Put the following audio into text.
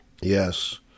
Yes